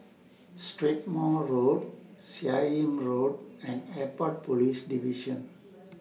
Strathmore Road Seah Im Road and Airport Police Division